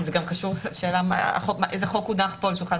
כי השאלה איזה חוק הונח פה על שולחן